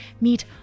Meet